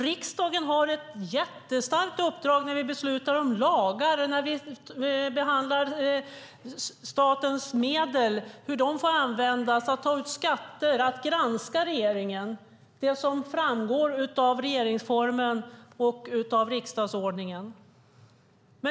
Riksdagen har ett jättestarkt uppdrag när vi beslutar om lagar, när vi behandlar hur statens medel får användas, tar ut skatter och granskar regeringen - det som framgår av regeringsformen och riksdagsordningen.